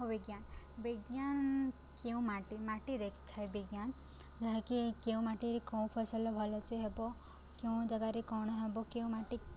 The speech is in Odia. ଓ ବିଜ୍ଞାନ ବିଜ୍ଞାନ କେଉଁ ମାଟି ମାଟି ଦେଖାଏ ବିଜ୍ଞାନ ଯାହାକି କେଉଁ ମାଟିରେ କେଉଁ ଫସଲ ଭଲସେ ହେବ କେଉଁ ଜାଗାରେ କ'ଣ ହେବ କେଉଁ ମାଟି